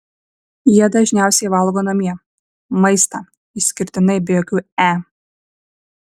jie dažniausiai valgo namie maistą išskirtinai be jokių e